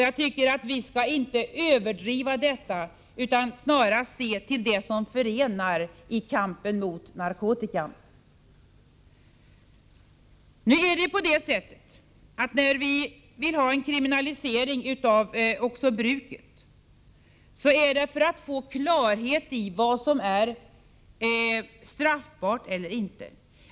Jag tycker att vi inte skall överdriva detta utan snarast se till det som förenar. När vi vill ha en kriminalisering även av bruket, är det för att få klarhet i vad som är straffbart eller inte.